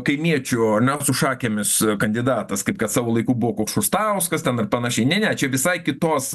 kaimiečių ar ne su šakėmis kandidatas kaip kad savo laiku buvo koks šustauskas ten ir panašiai ne ne čia visai kitos